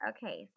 Okay